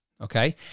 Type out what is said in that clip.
Okay